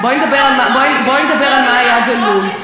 בואי נדבר על מה היה גלוי,